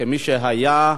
כמי שהיה,